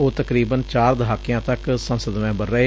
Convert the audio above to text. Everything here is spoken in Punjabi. ਉਹ ਤਕਰੀਬਨ ਚਾਰ ਦਹਾਕਿਆ ਤੱਕ ਸੰਸਦ ਮੈਬਰ ਰਹੇ